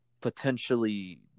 potentially